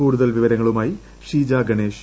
കൂടുതൽ വിവരങ്ങളുമായി ഷീജ ഗണേഷ്